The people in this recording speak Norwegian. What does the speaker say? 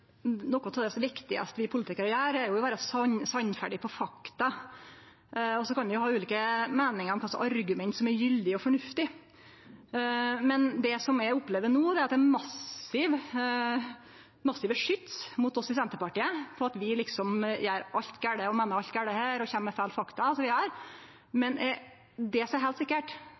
Noko av det viktigaste vi politikarar gjer, er å vere sannferdige om fakta. Så kan vi ha ulike meiningar om kva argument som er gyldige og fornuftige, men det eg opplever no, er massive skyts mot oss i Senterpartiet for liksom å gjere alt gale, meine alt gale og kome med feil fakta. Det som er heilt sikkert, er at bevisbyrda ligg på dei som kjem med påstandar som at det ifølgje Senterpartiet er